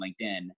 LinkedIn